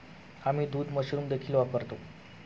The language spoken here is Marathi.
आम्ही दूध मशरूम देखील वापरतो